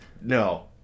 No